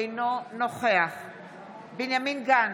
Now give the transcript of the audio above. אינו נוכח בנימין גנץ,